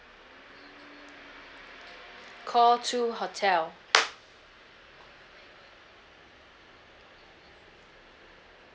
call two hotel